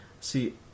see